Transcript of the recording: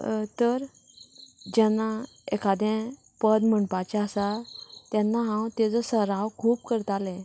तर जेन्ना एखादें पद म्हणपाचें आसा तेन्ना हांव तेजो सराव खूब करतालें